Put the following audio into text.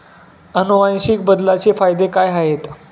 अनुवांशिक बदलाचे फायदे काय आहेत?